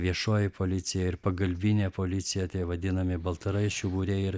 viešoji policija ir pagalbinė policija tie vadinami baltaraiščių būriai ir